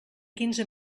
quinze